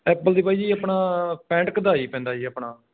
Apple ਦੇ ਭਾਅ ਜੀ ਆਪਣਾ ਪੈਂਹਠ ਕੁ ਦਾ ਜੀ ਪੈਂਦਾ ਜੀ ਆਪਣਾ